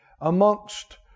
amongst